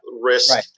risk